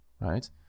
right